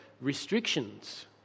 restrictions